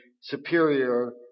superior